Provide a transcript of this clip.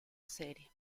serie